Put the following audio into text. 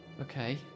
okay